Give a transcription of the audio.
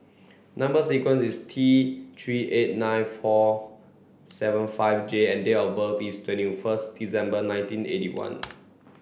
number sequence is T three eight nine four seven five J and date of birth is twenty first December nineteen eighty one